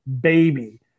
baby